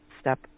step